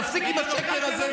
תפסיק עם השקר הזה,